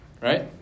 right